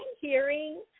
hearing